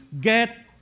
get